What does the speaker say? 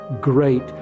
great